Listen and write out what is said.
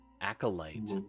acolyte